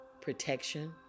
protection